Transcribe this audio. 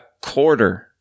quarter